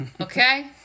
Okay